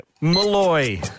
Malloy